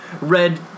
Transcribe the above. red